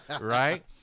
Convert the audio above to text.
Right